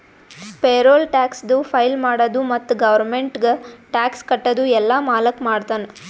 payroll ಟ್ಯಾಕ್ಸದು file ಮಾಡದು ಮತ್ತ ಗೌರ್ಮೆಂಟ್ಗ ಟ್ಯಾಕ್ಸ್ ಕಟ್ಟದು ಎಲ್ಲಾ ಮಾಲಕ್ ಮಾಡ್ತಾನ್